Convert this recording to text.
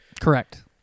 Correct